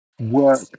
work